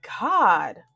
God